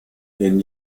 den